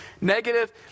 negative